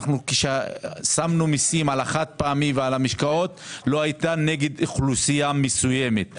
כששמנו מיסים על החד-פעמי ועל המשקאות זה לא היה נגד אוכלוסייה מסוימת.